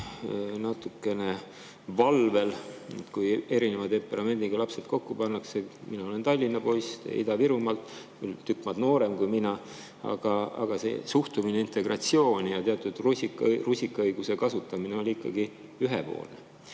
natukene valvel, kui erineva temperamendiga lapsed kokku pannakse, siis mina olen Tallinna poiss, teie Ida-Virumaalt, küll tükk maad noorem kui mina, aga see suhtumine integratsiooni ja teatud rusikaõiguse kasutamine oli ikkagi ühepoolne.